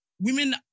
Women